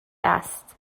است